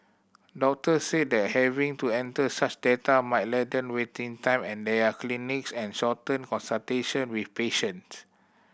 doctors said that having to enter such data might lengthen waiting time and their clinics and shorten consultation with patients